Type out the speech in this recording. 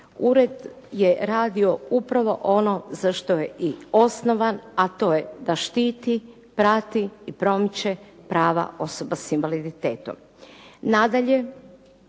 ured je radio upravo ono za što je i osnovan, a to je da štiti, prati i promiče prava osoba s invaliditetom.